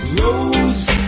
rose